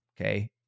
Okay